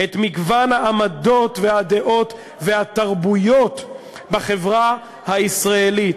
את מגוון העמדות, הדעות והתרבויות בחברה הישראלית.